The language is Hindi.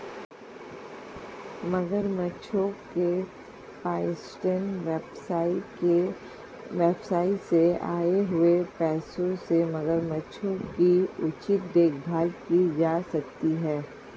मगरमच्छों के पर्यटन व्यवसाय से आए हुए पैसों से मगरमच्छों की उचित देखभाल की जा सकती है